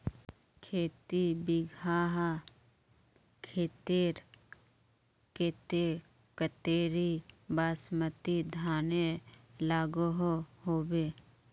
खेती बिगहा खेतेर केते कतेरी बासमती धानेर लागोहो होबे?